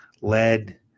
lead